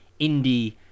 indie